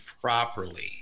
properly